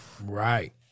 Right